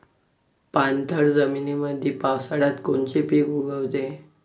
पाणथळ जमीनीमंदी पावसाळ्यात कोनचे पिक उगवते?